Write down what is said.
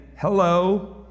hello